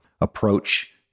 approach